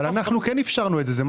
אבל אנחנו כן אפשרנו את זה.